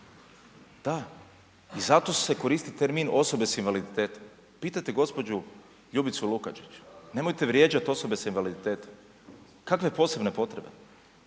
da i zato se koristi termin osobe s invaliditetom, pitajte gospođu Ljubicu Lukačić. Nemojte vrijeđati osobe s invaliditetom. Kakve posebne potrebe,